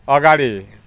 अगाडि